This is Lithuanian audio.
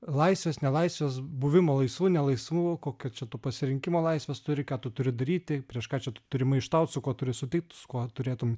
laisvės nelaisvės buvimo laisvu nelaisvu kokio čia tu pasirinkimo laisvės turi ką tu turi daryti prieš ką čia tu turi maištaut su kuo turi sutikt kuo turėtum